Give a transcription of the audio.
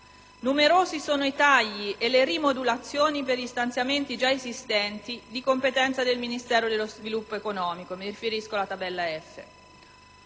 Numerosi sono i tagli e le rimodulazioni per gli stanziamenti già esistenti di competenza del Ministero dello sviluppo economico